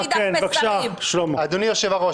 אדוני יושב-הראש,